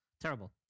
terrible